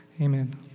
Amen